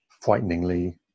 frighteningly